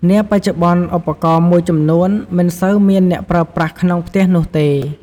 នាបច្ចុប្បន្នឧបករណ៍មួយចំនួនមិនសូវមានអ្នកប្រើប្រាស់ក្នុងផ្ទះនោះទេ។